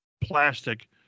plastic